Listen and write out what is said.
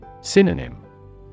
Synonym